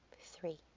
three